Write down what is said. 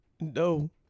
no